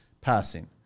passing